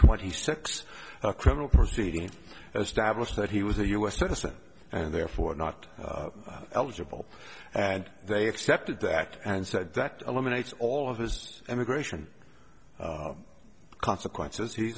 twenty six criminal proceedings established that he was a us citizen and therefore not eligible and they accepted that and said that eliminates all of his immigration consequences he